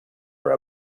are